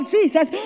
Jesus